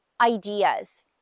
ideas